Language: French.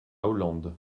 hollande